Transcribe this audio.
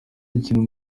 ikintu